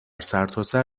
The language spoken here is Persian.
سرتاسر